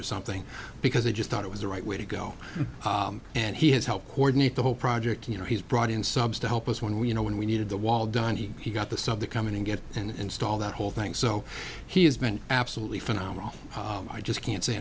or something because they just thought it was the right way to go and he has helped coordinate the whole project you know he's brought in subs to help us when we you know when we needed the wall done he got the sub that come in and get and install that whole thing so he has been absolutely phenomenal i just can't say